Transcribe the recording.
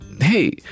hey